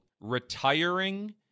retiring